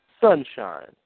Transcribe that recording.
Sunshine